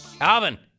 Alvin